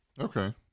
Okay